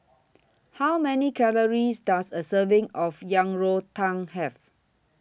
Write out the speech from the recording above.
How Many Calories Does A Serving of Yang Rou Tang Have